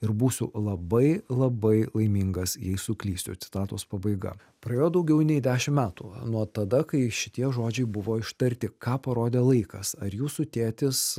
ir būsiu labai labai laimingas jei suklysiu citatos pabaiga praėjo daugiau nei dešimt metų nuo tada kai šitie žodžiai buvo ištarti ką parodė laikas ar jūsų tėtis